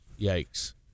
Yikes